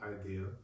idea